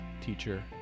teacher